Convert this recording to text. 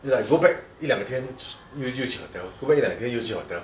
it's like go back 一两天就去 hotel go back 一两天又去 hotel